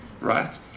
right